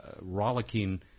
rollicking